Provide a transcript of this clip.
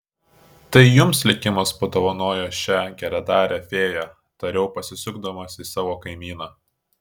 tai jums likimas padovanojo šią geradarę fėją tariau pasisukdamas į savo kaimyną